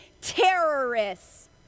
terrorists